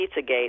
Pizzagate